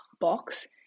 box